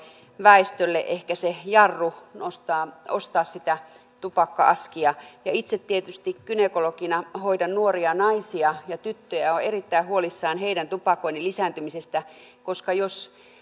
väestölle ehkä se jarru ostaa sitä tupakka askia itse tietysti gynekologina hoidan nuoria naisia ja tyttöjä ja olen erittäin huolissani heidän tupakoinnin lisääntymisestä koska vaikka